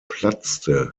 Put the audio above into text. platzte